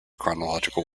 chronological